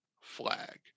flag